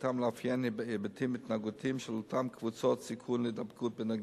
שתכליתם לאפיין היבטים התנהגותיים של אותן קבוצות סיכון להידבקות בנגיף.